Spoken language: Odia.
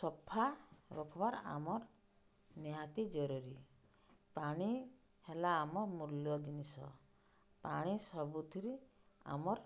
ସଫା ରଖିବାର୍ ଆମର୍ ନିହାତି ଜରୁରୀ ପାଣି ହେଲା ଆମ ମୂଲ୍ୟ ଜିନିଷ ପାଣି ସବୁଥିରେ ଆମର୍